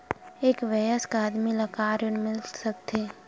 एक वयस्क आदमी ल का ऋण मिल सकथे?